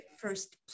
first